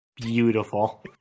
Beautiful